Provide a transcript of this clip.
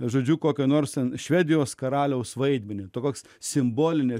žodžiu kokio nors švedijos karaliaus vaidmenį toks simboline